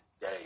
day